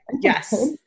Yes